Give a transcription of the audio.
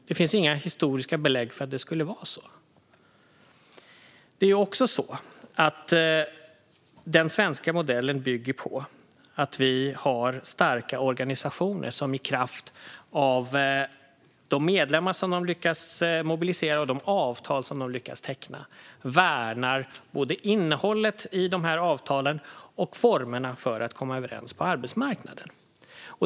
Det finns inga historiska belägg för att det skulle vara så. Den svenska modellen bygger på att vi har starka organisationer som i kraft av de medlemmar som de lyckas mobilisera och de avtal som de lyckas teckna värnar både innehållet i avtalen och formerna för att komma överens på arbetsmarknaden.